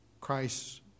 Christ